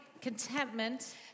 contentment